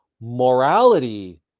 Morality